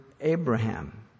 Abraham